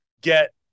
get